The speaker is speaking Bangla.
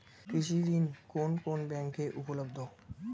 কৃষি ঋণ কোন কোন ব্যাংকে উপলব্ধ?